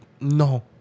no